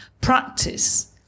practice